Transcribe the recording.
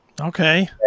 Okay